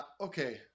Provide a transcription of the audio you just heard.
Okay